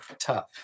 tough